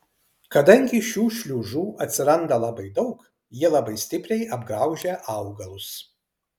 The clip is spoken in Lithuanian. kadangi šių šliužų atsiranda labai daug jie labai stipriai apgraužia augalus